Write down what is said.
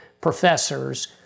professors